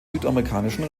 südamerikanischen